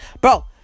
bro